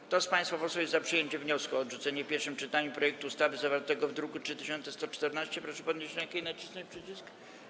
Kto z państwa posłów jest za przyjęciem wniosku o odrzucenie w pierwszym czytaniu projektu ustawy zawartego w druku nr 3114, proszę podnieść rękę i nacisnąć przycisk.